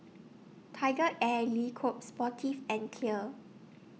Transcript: TigerAir Le Coq Sportif and Clear